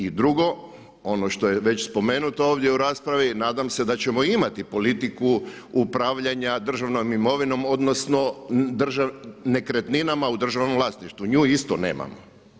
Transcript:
I drugo, ono što je već spomenuto ovdje u raspravi, nadam se da ćemo imati politiku upravljanja državnom imovinom odnosno nekretninama u državnom vlasništvu, nju isto nemamo.